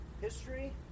history